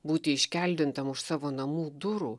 būti iškeldintam už savo namų durų